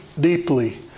deeply